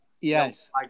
Yes